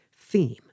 theme